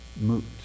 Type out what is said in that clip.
moot